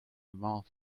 mouth